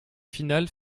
finale